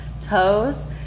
toes